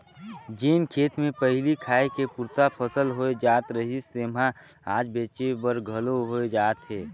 जेन खेत मे पहिली खाए के पुरता फसल होए जात रहिस तेम्हा आज बेंचे बर घलो होए जात हे